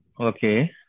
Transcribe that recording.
Okay